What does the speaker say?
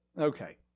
Okay